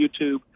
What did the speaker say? YouTube